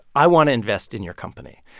i want to invest in your company.